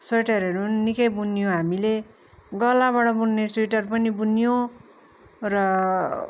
स्वेटरहरू पनि निकै बुनियो हामीले गलाबाट बुन्ने स्वेटर पनि बुनियो र